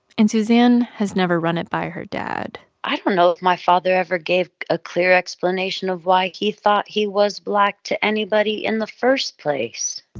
and suzanne has never run it by her dad i don't know if my father ever gave a clear explanation of why he thought he was black to anybody in the first place.